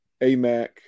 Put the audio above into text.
AMAC